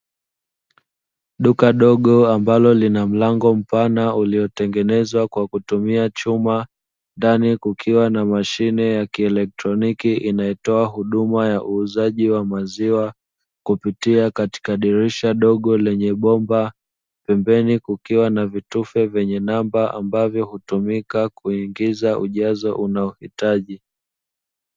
Duka dogo ambalo lina mlango mpana uliotengenezwa kwa kutumia chuma, ndani kukiwa na mashine ya kielektroniki inayotoa huduma ya uuzaji wa maziwa kupitia katika dirisha dogo lenye bomba, pembeni kukiwa na vitufe vyenye namba ambavyo hutumika kuingiza ujazo unaohitaji.